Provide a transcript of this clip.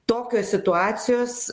tokios situacijos